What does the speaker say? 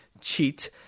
cheat